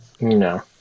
No